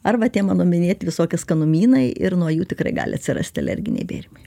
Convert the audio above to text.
arba tie mano minėti visokie skanumynai ir nuo jų tikrai gali atsirasti alerginiai bėrimai